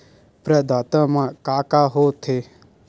प्रदाता मा का का हो थे?